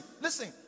listen